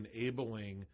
enabling